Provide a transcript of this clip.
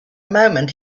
moment